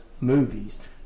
movies